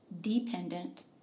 dependent